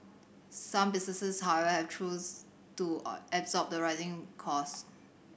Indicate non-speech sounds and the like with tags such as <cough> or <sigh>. some businesses however have choose to <unintelligible> absorb the rising cost